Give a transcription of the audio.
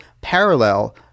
parallel